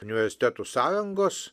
universitetų sąjungos